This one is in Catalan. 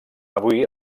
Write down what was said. avui